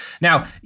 Now